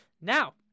now